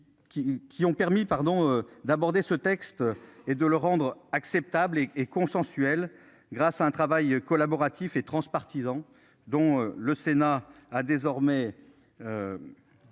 qui ont permis pardon d'aborder ce texte et de le rendre acceptable et et consensuel, grâce à un travail collaboratif et transpartisan dont le Sénat a désormais.